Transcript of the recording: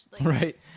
Right